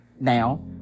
now